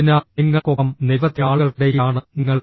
അതിനാൽ നിങ്ങൾക്കൊപ്പം നിരവധി ആളുകൾക്കിടയിലാണ് നിങ്ങൾ